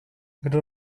kdo